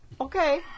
Okay